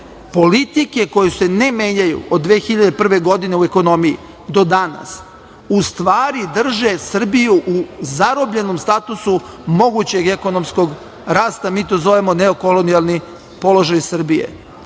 politike koje se ne menjaju od 2001. godine u ekonomiji do danas u stvari drže Srbiju u zarobljenom statusu mogućeg ekonomskog rasta, mi to zovemo - neokolonijalni položaj Srbije.